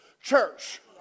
church